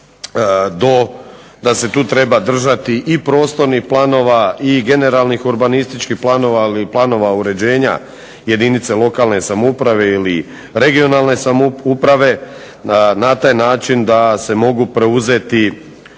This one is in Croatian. da se tu treba držati i prostornih planova i generalnih urbanističkih planova ali i planova uređenja jedinica lokalne samouprave ili regionalne samouprave, na taj način da ih mogu preuzeti